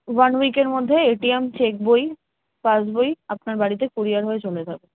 one উইকের মধ্যে A T M চেকবই পাসবই আপনার বাড়িতে কুরিয়ার হয়ে চলে যাবে